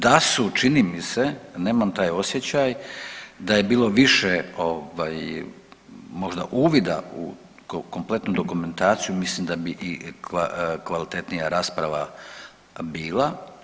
Da su čini mi se, nemam taj osjećaj, da je bilo više ovaj možda uvida u kompletnu dokumentaciju mislim da bi i kvalitetnija rasprava bila.